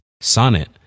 Sonnet